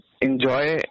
enjoy